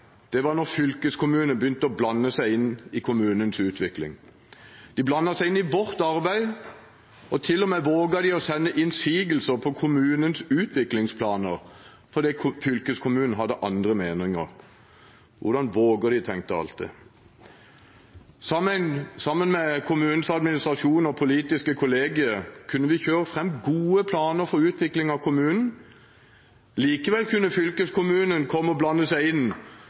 var da fylkeskommunen begynte å blande seg inn i kommunenes utvikling. De blandet seg inn i vårt arbeid. De våget til og med å sende innsigelser på kommunens utviklingsplaner, fordi fylkeskommunen hadde andre meninger. Hvordan våger de? tenkte jeg alltid. Sammen med kommunens administrasjon og politiske kolleger kunne vi kjøre fram gode planer for utvikling av kommunen. Likevel kunne fylkeskommunen komme og blande seg inn